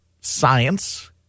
science